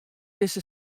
dizze